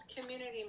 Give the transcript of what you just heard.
community